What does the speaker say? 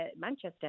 Manchester